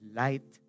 light